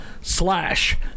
slash